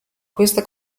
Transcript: questa